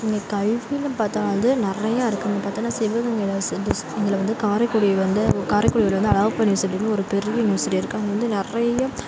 இங்கே கல்வினு பார்த்தா வந்து நிறையா இருக்குதுன்னு பார்த்தோன்னா சிவகங்கையில் ஒரு சில டிஸ்ட்ரிக்டில் வந்து காரைக்குடி வந்து காரைக்குடியில் வந்து அழகப்பா யுனிவர்சிட்டினு ஒரு பெரிய யுனிவர்சிட்டி இருக்குது அங்கே வந்து நிறையா